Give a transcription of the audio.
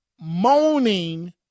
moaning